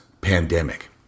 pandemic